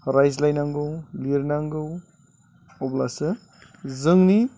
रायज्लायनांगौ लिरनांगौ अब्लासो जोंनि